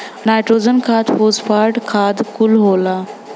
nitrogen खाद phosphate खाद कुल होला